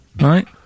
right